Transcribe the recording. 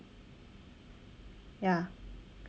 ya